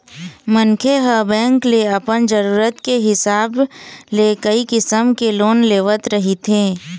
मनखे ह बेंक ले अपन जरूरत के हिसाब ले कइ किसम के लोन लेवत रहिथे